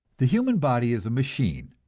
the human body is a machine.